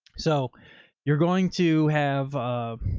so you're going to have